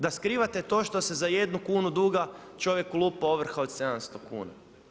Da skrivate to što se za 1 kunu duga čovjeku lupi ovrha od 700 kuna.